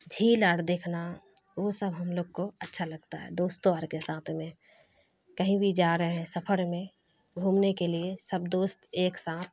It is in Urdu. جھیل آر دیکھنا وہ سب ہم لوگ کو اچھا لگتا ہے دوستوں اور کے ساتھ میں کہیں بھی جا رہے ہیں سفر میں گھومنے کے لیے سب دوست ایک ساتھ